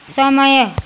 समय